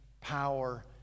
power